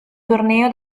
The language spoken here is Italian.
torneo